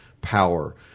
power